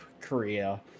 Korea